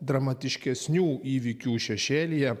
dramatiškesnių įvykių šešėlyje